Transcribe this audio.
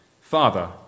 Father